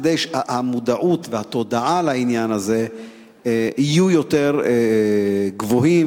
כדי שהמודעות והתודעה לעניין הזה יהיו יותר גבוהות.